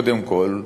קודם כול,